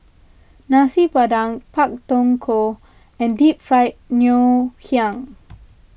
Nasi Padang Pak Thong Ko and Deep Fried Ngoh Hiang